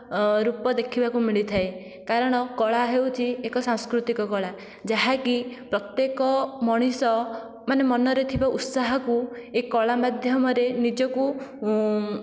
ରୂପ ଦେଖିବାକୁ ମିଳିଥାଏ କାରଣ କଳା ହେଉଛି ଏକ ସାଂସ୍କୃତିକ କଳା ଯାହାକି ପ୍ରତ୍ୟେକ ମଣିଷମାନେ ମନରେ ଥିବା ଉତ୍ସାହକୁ ଏଇ କଳା ମାଧ୍ୟମରେ ନିଜକୁ